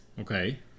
Okay